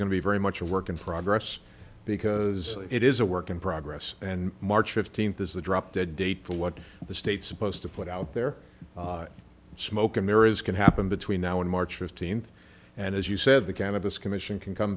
going to be very much a work in progress because it is a work in progress and march fifteenth is the drop dead date for what the state supposed to put out there and smoke and mirrors can happen between now and march fifteenth and as you said the cannabis commission can come